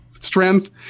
strength